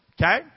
Okay